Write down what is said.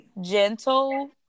gentle